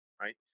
right